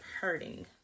hurting